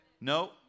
No